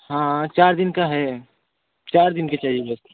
हाँ चार दिन का है चार दिन की चाहिए